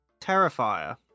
Terrifier